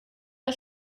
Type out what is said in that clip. der